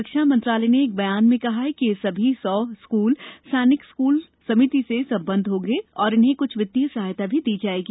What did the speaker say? रक्षा मंत्रालय ने एक बयान में कहा है कि ये सभी सौ स्कूल सैनिक स्कूल समिति से सम्बद्व होंगे और इन्हें कुछ वित्तीय सहायता भी दी जाएगी